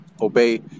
obey